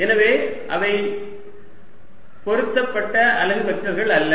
எனவே அவை பொருத்தப்பட்ட அலகு வெக்டர்கள் அல்ல